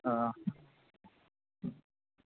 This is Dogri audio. हां